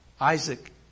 Isaac